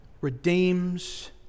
redeems